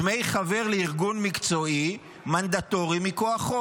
דמי חבר לארגון מקצועי, מנדטורי, מכוח חוק.